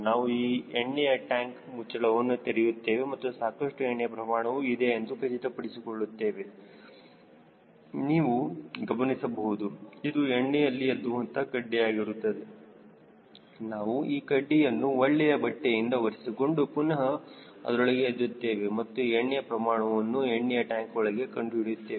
ನಾವು ಈ ಎಣ್ಣೆಯ ಟ್ಯಾಂಕ್ ಮುಚ್ಚಳವನ್ನು ತೆರೆಯುತ್ತೇವೆ ಮತ್ತು ಸಾಕಷ್ಟು ಎಣ್ಣೆಯ ಪ್ರಮಾಣವು ಇದೆ ಎಂದು ಖಚಿತಪಡಿಸಿ ಕೊಳ್ಳುತ್ತೇವೆ ನೀವು ಗಮನಿಸಬಹುದು ಇದು ಎಣ್ಣೆಯಲ್ಲಿ ಎದ್ದುವಂತಹ ಕಡ್ಡಿ ಆಗಿರುತ್ತದೆ ನಾವು ಈ ಕಡ್ಡಿಯನ್ನು ಒಳ್ಳೆಯ ಬಟ್ಟೆಯಿಂದ ಒರೆಸಿಕೊಂಡು ಪುನಹ ಇದರೊಳಗೆ ಎದ್ದುತ್ತೇವೆ ಮತ್ತು ಎಣ್ಣೆಯ ಪ್ರಮಾಣವನ್ನು ಎಣ್ಣೆಯ ಟ್ಯಾಂಕ್ ಒಳಗೆ ಕಂಡುಹಿಡಿಯುತ್ತೇವೆ